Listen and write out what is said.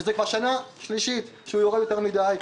וזה כבר שנה שלישית שהוא יורד יותר מדי.